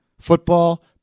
Football